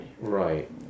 Right